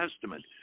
Testament